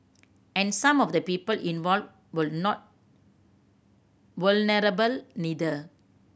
and some of the people involved would not vulnerable either